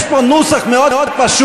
יש פה נוסח מאוד פשוט: